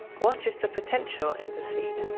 what is the potential in the seed?